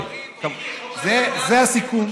כן, זה הסיכום.